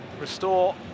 restore